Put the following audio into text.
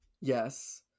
Yes